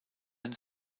ein